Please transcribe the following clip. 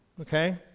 okay